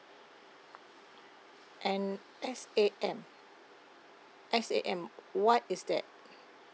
an S_A_M S_A_M what is that